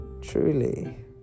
Truly